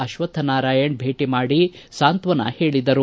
ಅಶ್ವಥ ನಾರಾಯಣ ಭೇಟಿ ಮಾಡಿ ಸಾಂತ್ವನ ಹೇಳಿದರು